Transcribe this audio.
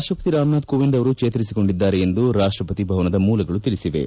ರಾಷ್ಷಪತಿ ರಾಮನಾಥ್ ಕೋವಿಂದ್ ಅವರು ಚೇತರಿಸಿಕೊಂಡಿದ್ದಾರೆ ಎಂದು ರಾಷ್ಷಪತಿ ಭವನದ ಮೂಲಗಳು ತಿಳಿಸಿವೆ